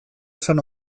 esan